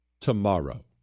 tomorrow